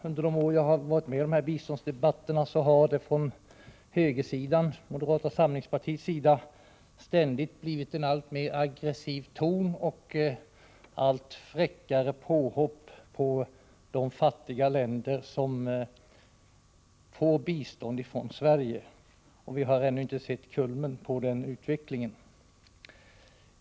Under de år jag har varit med om riksdagens biståndsdebatter har tonen från högersidan, från moderata samlingspartiet, blivit alltmer aggressiv och påhoppen på de fattiga länder som får bistånd från Sverige allt fräckare. Vi har ännu inte sett kulmen på den utvecklingen.